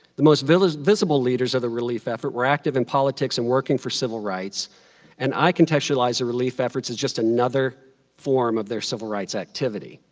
the most visible visible leaders of the relief effort were active in politics and working for civil rights and i contextualize the relief efforts as just another form of their civil rights activity,